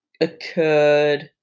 occurred